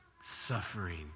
suffering